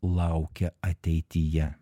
laukia ateityje